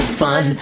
fun